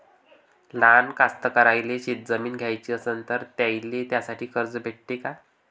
लहान कास्तकाराइले शेतजमीन घ्याची असन तर त्याईले त्यासाठी कर्ज भेटते का?